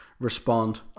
respond